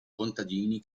contadini